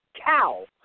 cow